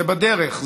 זה בדרך,